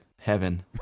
heaven